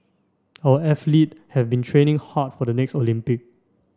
our athlete have been training hard for the next Olympic